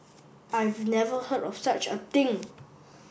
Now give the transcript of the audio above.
I've never heard of such a thing